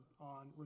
on